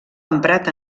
emprat